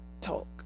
talk